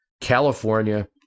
California